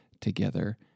together